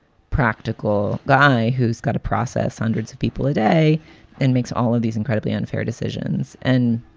practical guy who's got to process hundreds of people a day and makes all of these incredibly unfair decisions. and